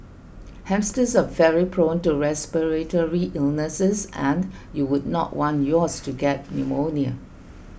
hamsters are very prone to respiratory illnesses and you would not want yours to get pneumonia